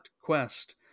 quest